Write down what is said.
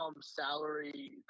salary